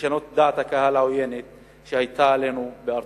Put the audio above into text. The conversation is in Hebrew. ולשנות את דעת הקהל העוינת שהיתה לגבינו בארצות-הברית.